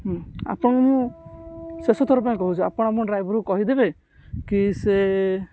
ଆପଣଙ୍କୁ ମୁଁ ଶେଷଥର ପାଇଁ କହୁଛି ଆପଣ କଣ ଡ୍ରାଇଭର କହିଦେବେ କି ସେ